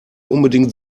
unbedingt